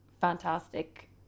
fantastic